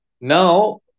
Now